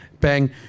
bang